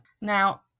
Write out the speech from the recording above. Now